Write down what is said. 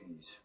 please